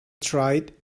tried